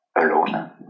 alone